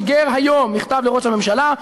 שיגר היום מכתב לראש הממשלה,